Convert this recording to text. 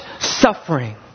suffering